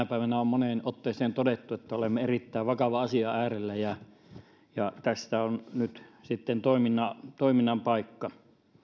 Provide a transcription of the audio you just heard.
päivänä on moneen otteeseen todettu olemme erittäin vakavan asian äärellä ja tässä on nyt sitten toiminnan toiminnan paikka